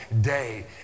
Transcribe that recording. day